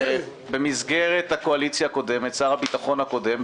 במסגרת הקואליציה הקודמת שר הביטחון הקודם,